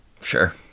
Sure